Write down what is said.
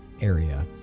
area